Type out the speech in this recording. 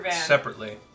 separately